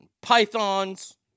pythons